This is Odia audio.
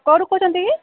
କେଉଁଠୁ କହୁଛନ୍ତି କି